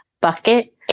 bucket